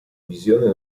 visione